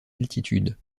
altitude